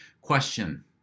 Question